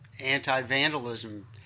anti-vandalism